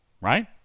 right